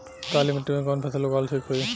काली मिट्टी में कवन फसल उगावल ठीक होई?